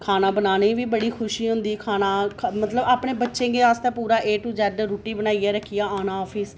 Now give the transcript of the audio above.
खाना बनाने गी बी बड़ी खुशी होंदी खाना खलाने गी बी बड़ी खुशी होंदी मतलब अपने बच्चें आस्तै ए दू जेड रुट्टी बनाइयै रक्खियै आना फ्ही आना आफिस